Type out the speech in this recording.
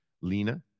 lena